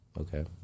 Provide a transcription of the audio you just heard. Okay